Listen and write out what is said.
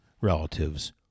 relatives